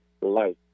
life